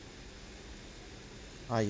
!aiya!